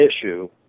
issue